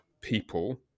people